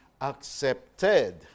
accepted